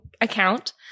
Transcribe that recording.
account